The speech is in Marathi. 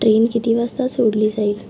ट्रेन किती वाजता सोडली जाईल